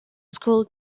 school